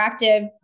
interactive